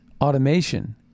automation